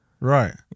Right